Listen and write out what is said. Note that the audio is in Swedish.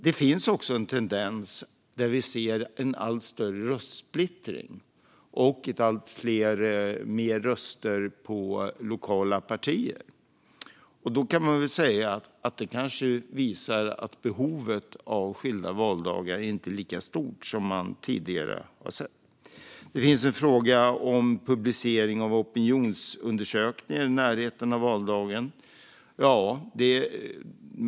Det finns också en tendens med allt större röstsplittring och fler röster på lokala partier. Det kanske visar att behovet av skilda valdagar inte är lika stort som man tidigare har menat. Det finns en fråga om publicering av opinionsundersökningar i närheten av valdagen.